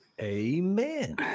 Amen